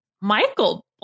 Michael